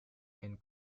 and